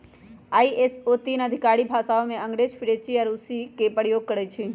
ISO तीन आधिकारिक भाषामें अंग्रेजी, फ्रेंच आऽ रूसी के प्रयोग करइ छै